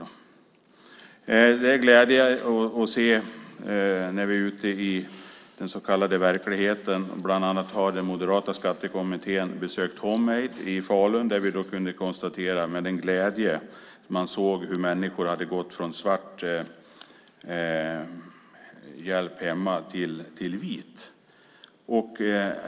Det finns glädjande saker att se när vi är ute i den så kallade verkligheten. Bland annat har den moderata skattekommittén besökt Homemaid i Falun, där vi med glädje kunde se hur människor hade gått från svart hjälp hemma till vit.